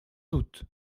doute